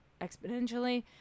exponentially